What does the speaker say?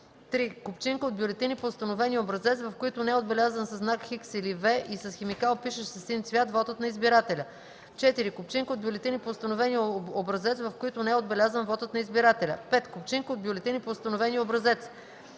3. купчинка от бюлетини по установения образец, в които не е отбелязан със знак „Х” или „V” и с химикал, пишещ със син цвят, вотът на избирателя; 4. купчинка от бюлетини по установения образец, в които не е отбелязан вотът на избирателя; 5. купчинка от бюлетини по установения образец: